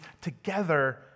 together